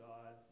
God